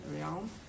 realm